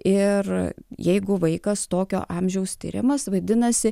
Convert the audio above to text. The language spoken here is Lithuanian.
ir jeigu vaikas tokio amžiaus tyrimas vaidinasi